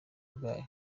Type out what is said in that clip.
bwayo